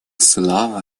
слово